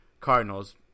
Cardinals